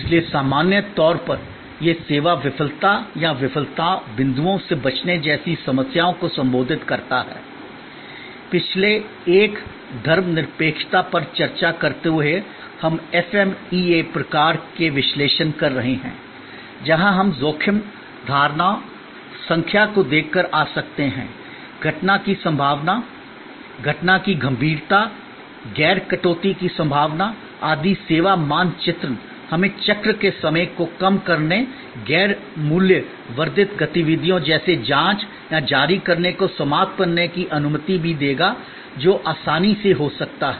इसलिए सामान्य तौर पर यह सेवा विफलता या विफलता बिंदुओं से बचने जैसी समस्याओं को संबोधित करता है पिछले एक धर्मनिरपेक्षता पर चर्चा करते हुए हम FMEA प्रकार के विश्लेषण कर रहे हैं जहां हम जोखिम धारणा संख्या को देखकर आ सकते हैं घटना की संभावना घटना की गंभीरता गैर कटौती की संभावना आदि सेवा मानचित्रण हमें चक्र के समय को कम करने गैर मूल्य वर्धित गतिविधियों जैसे जाँच या जारी करने को समाप्त करने की अनुमति भी देगा जो आसानी से हो सकता है